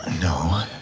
No